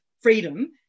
freedom